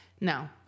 no